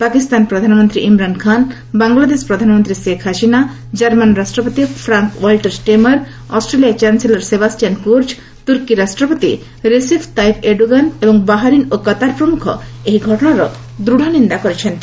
ପାକିସ୍ତାନ ପ୍ରଧାନମନ୍ତ୍ରୀ ଇମ୍ରାନ ଖାନ୍ ବାଂଗଲାଦେଶ ପ୍ରଧାନମନ୍ତ୍ରୀ ଶେଖ ହାସିନା ଜର୍ମାନ ରାଷ୍ଟ୍ରପତି Frank Walter Steinmeier Australia chancellor Sebastian Kurz ତୁର୍କୀ ରାଷ୍ଟ୍ରପତି ରିଷିଭ୍ ତାଇପ୍ ଏର୍ଡୋଗାନ୍ ଏବଂ ବାହାରିନ୍ ଓ କତାର୍ ପ୍ରମୁଖ ଏହି ଘଟଣାର ଦୂଢ ନିନ୍ଦା କରିଛନ୍ତି